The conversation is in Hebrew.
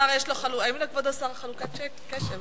האם לכבוד השר יש חלוקת קשב?